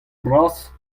bras